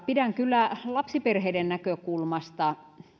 pidän kyllä lapsiperheiden näkökulmasta